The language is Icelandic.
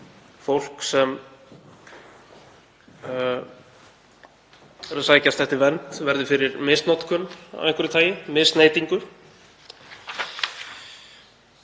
fólk sem sækist eftir vernd verði fyrir misnotkun af einhverju tagi, misneytingu.